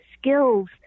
skills